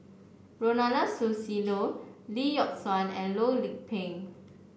Ronald Susilo Lee Yock Suan and Loh Lik Peng